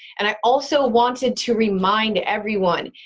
and i also wanted to remind everyone,